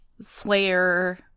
Slayer